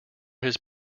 his